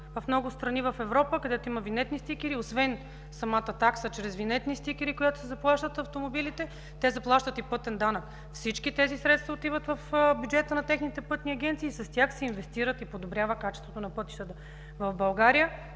В много страни в Европа, където има винетни стикери, освен самата такса чрез винетни стикери, която се заплаща за автомобилите, те заплащат и пътен данък. Всички тези средства отиват в бюджета на техните пътни агенции и с тях се инвестира и се подобрява качеството на пътищата. В България